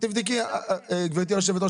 גבירתי היושבת-ראש,